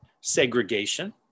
Segregation